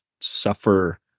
suffer